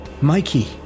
Mikey